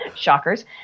shockers